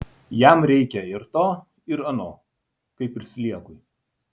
jam reikia ir to ir ano kaip ir sliekui